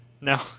No